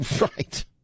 Right